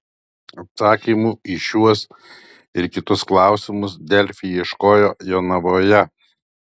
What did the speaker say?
atsakymų į šiuos ir kitus klausimus delfi ieškojo jonavoje